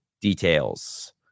details